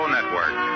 Network